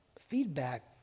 feedback